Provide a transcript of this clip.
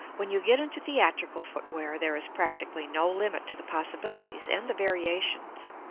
when you get into theatrical footwear, there is practically no limit to the possibilities and the variations.